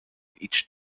each